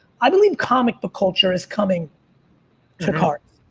i believe comic book culture is coming to cards.